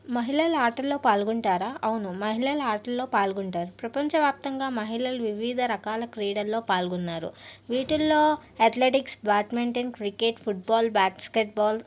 మహిళలు ఆటల్లో పాల్గొంటారా అవును మహిళలు ఆటల్లో పాల్గొంటారు ప్రపంచవ్యాప్తంగా మహిళలు వివిధ రకాల క్రీడల్లో పాల్గొన్నారు వీటిల్లో athletics badminton cricket football basket ball